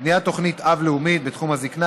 תוכנית-אב לאומית בתחום הזקנה,